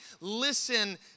Listen